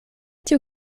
tiu